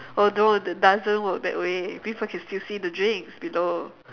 oh no it doesn't work that way people can still see the drinks below